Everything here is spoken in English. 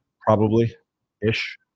Probably-ish